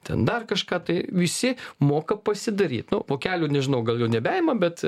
ten dar kažką tai visi moka pasidaryt nu vokelių nežinau gal jau nebeima bet